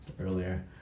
earlier